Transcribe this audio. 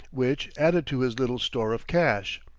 which added to his little store of cash.